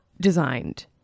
designed